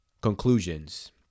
conclusions